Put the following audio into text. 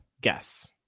guess